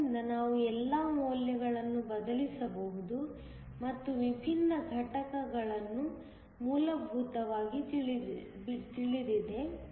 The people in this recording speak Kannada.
ಆದ್ದರಿಂದ ನಾವು ಎಲ್ಲಾ ಮೌಲ್ಯಗಳನ್ನು ಬದಲಿಸಬಹುದು ಎಲ್ಲಾ ವಿಭಿನ್ನ ಘಟಕಗಳನ್ನು ಮೂಲಭೂತವಾಗಿ ತಿಳಿದಿದೆ